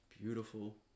beautiful